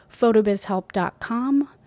photobizhelp.com